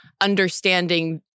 understanding